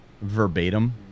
verbatim